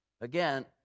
Again